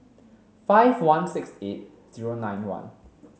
five one six eight zero nine one